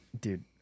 dude